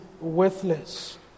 Worthless